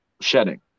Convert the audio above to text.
shedding